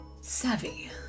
savvy